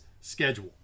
schedule